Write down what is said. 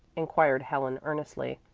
inquired helen earnestly.